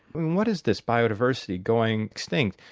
and what is this biodiversity going extinct?